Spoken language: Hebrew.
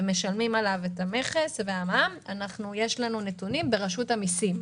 ומשלמים עליו מכס ומע"מ על כך יש לנו נתונים ברשות מסים.